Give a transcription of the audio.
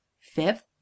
Fifth